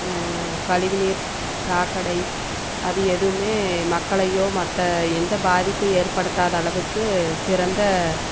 கழிவுநீர் சாக்கடை அது எதுவும் மக்களையோ மற்ற எந்த பாதிப்பும் ஏற்படுத்தாத அளவுக்கு சிறந்த